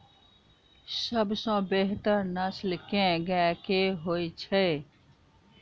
सबसँ बेहतर नस्ल केँ गाय केँ होइ छै?